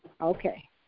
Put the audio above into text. Okay